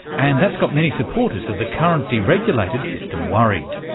and that's got many supporters of the current deregulated system worried.